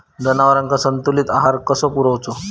जनावरांका संतुलित आहार कसो पुरवायचो?